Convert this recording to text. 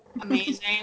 amazing